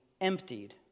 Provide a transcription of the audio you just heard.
emptied